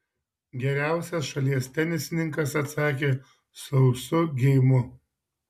geriausias šalies tenisininkas atsakė sausu geimu